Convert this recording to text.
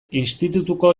institutuko